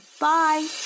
Bye